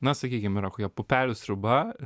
na sakykim yra kokia pupelių sriuba